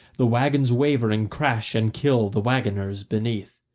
the waggons waver and crash and kill the waggoners beneath.